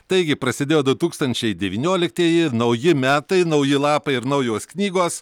taigi prasidėjo du tūkstančiai devynioliktieji nauji metai nauji lapai ir naujos knygos